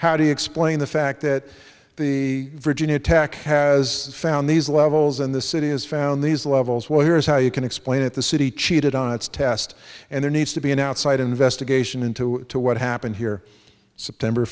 you explain the fact that the virginia tech has found these levels and the city has found these levels well here's how you can explain it the city cheated on its test and there needs to be an outside investigation into what happened here september